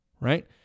right